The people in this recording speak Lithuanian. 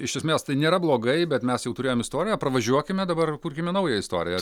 iš esmės tai nėra blogai bet mes jau turėjom istoriją pravažiuokime dabar kurkime naują istoriją